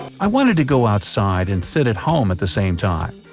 i wanted to go outside and sit at home at the same time.